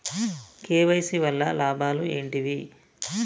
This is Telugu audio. కే.వై.సీ వల్ల లాభాలు ఏంటివి?